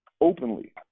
openly